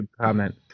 comment